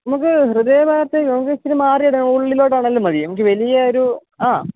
നമുക്ക് ഹൃദയഭാഗത്ത് നമുക്ക് ഇച്ചിരി മാറിയൊരു ഉള്ളിലോട്ടാണെങ്കിലും മതി എനിക്ക് വലിയൊരു ആ